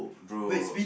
bro